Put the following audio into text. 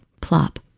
plop